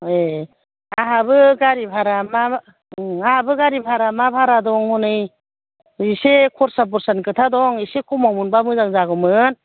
एह आंहाबो गारि भारा मा नोंहाबो गारि भारा मा भारा दं हनै एसे खरसा बरसानि खोथा दं एसे खमाव मोनबा मोजां जागौमोन